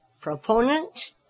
proponent